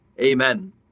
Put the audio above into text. Amen